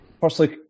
Firstly